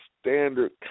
standard